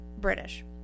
British